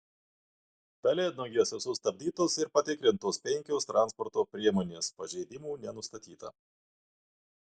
pelėdnagiuose sustabdytos ir patikrintos penkios transporto priemonės pažeidimų nenustatyta